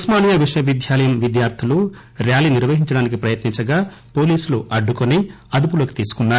ఉస్మానియా విశ్వ విద్యాలయం విద్యార్దులు ర్యాలీ నిర్వహించడానికి ప్రయత్నించగా పోలీసులు అడ్డుకుని అదుపులోకి తీసుకున్నారు